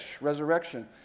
Resurrection